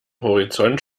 horizont